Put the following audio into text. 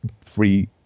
free